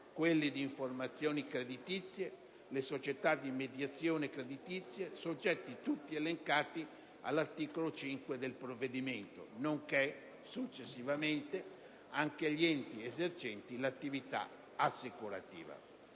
quelli di informazioni creditizie e le società di mediazione creditizia, soggetti tutti elencati all'articolo 1, comma 5, del provvedimento, nonché successivamente anche gli enti esercenti l'attività assicurativa.